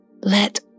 let